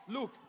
Look